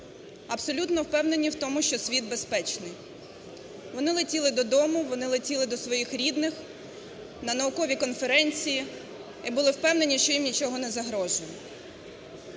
абсолютно впевнені в тому, що світ безпечний. Вони летіли до дому, вони летіли до своїх рідних, на наукові конференції і були впевнені, що їм нічого не загрожує.